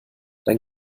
dann